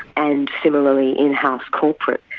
and similarly in-house corporate,